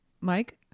Mike